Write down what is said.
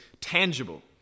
tangible